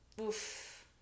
Oof